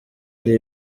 ari